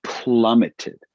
plummeted